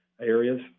areas